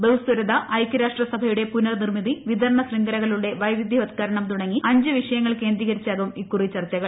ബഹുസ്വരത ഐക്യരാഷ്ട്ര സഭയുടെ പുനർനിർമിതി വിതരണ ശൃംഖലകളുടെ വൈവിധ്യവത്കരണം തുടങ്ങി അഞ്ച് വിഷയങ്ങൾ കേന്ദ്രീകരിച്ചാകും ഇക്കുറി ചർച്ചകൾ